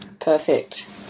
Perfect